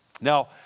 Now